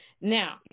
now